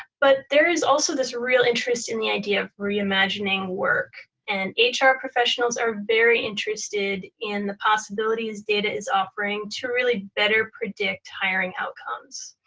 but there is also this real interest in the idea of reimagining work, and ah hr professionals are very interested in the possibilities data is offering to really better predict hiring outcomes.